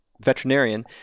veterinarian